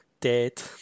dead